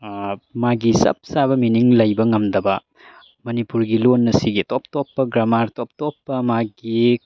ꯃꯥꯒꯤ ꯆꯞ ꯆꯥꯕ ꯃꯥꯏꯅꯤꯡ ꯂꯩꯕ ꯉꯝꯗꯕ ꯃꯅꯤꯄꯨꯔꯒꯤ ꯂꯣꯟ ꯑꯁꯤꯒꯤ ꯇꯣꯞ ꯇꯣꯞꯄ ꯒ꯭꯭ꯔꯥꯃꯥꯔ ꯇꯣꯞ ꯇꯣꯞꯄ ꯃꯥꯒꯤ